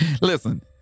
Listen